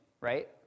right